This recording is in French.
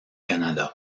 canada